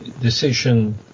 decision